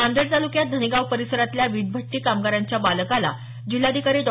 नांदेड तालुक्यात धनेगाव परिसरातल्या विटभट्टी कामगारांच्या बालकाला जिल्हाधिकारी डॉ